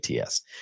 ATS